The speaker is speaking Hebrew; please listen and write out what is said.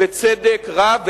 בצדק רב,